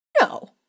No